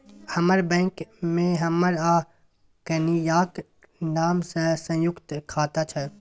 हमर बैंक मे हमर आ कनियाक नाम सँ संयुक्त खाता छै